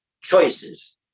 choices